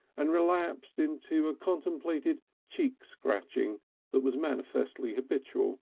and relapsed into a contemplative cheek-scratching that was manifestly habitual.